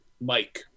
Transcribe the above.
Mike